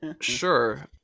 Sure